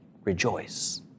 rejoice